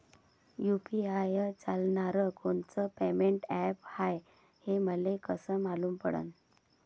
UPI चालणारं कोनचं payment app हाय, हे मले कस मालूम पडन?